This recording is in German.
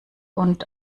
und